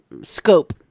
scope